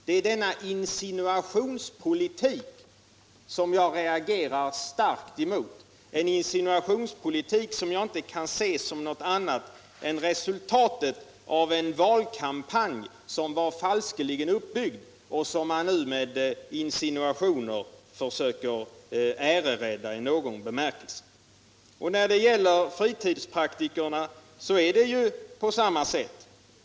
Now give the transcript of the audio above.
Det är denna insinuationspolitik som jag reagerar starkt emot, en politik som jag inte kan se som något annat än resultatet av en falskeligen uppbyggd valkampanj, som man nu med insinuationer försöker ärerädda i någon bemärkelse. När det gäller fritidspraktikerna förhåller det sig på samma sätt.